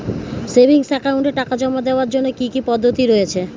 Savings একাউন্টে টাকা জমা দেওয়ার জন্য কি কি পদ্ধতি রয়েছে?